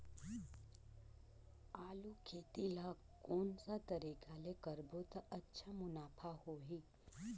आलू खेती ला कोन सा तरीका ले करबो त अच्छा मुनाफा होही?